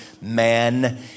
man